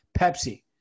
pepsi